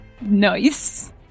Nice